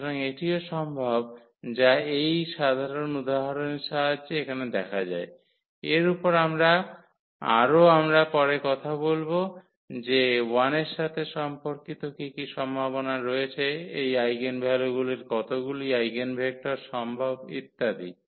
সুতরাং এটিও সম্ভব যা এই সাধারণ উদাহরণের সাহায্যে এখানে দেখা যায় এর উপর আরও আমরা পরে কথা বলব যে 1 এর সাথে সম্পর্কিত কী কী সম্ভাবনা রয়েছে এই আইগেনভ্যালুগুলির কতগুলি আইগেনভেক্টর সম্ভব ইত্যাদি